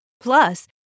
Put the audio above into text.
Plus